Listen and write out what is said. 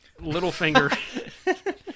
Littlefinger